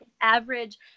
average